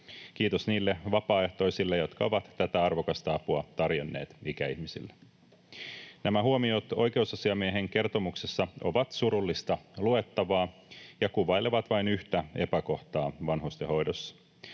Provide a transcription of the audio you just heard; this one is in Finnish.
Kiitos niille vapaaehtoisille, jotka ovat tätä arvokasta apua tarjonneet ikäihmisille. Nämä huomiot oikeusasiamiehen kertomuksessa ovat surullista luettavaa ja kuvailevat vain yhtä epäkohtaa vanhustenhoidossa.